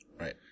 Right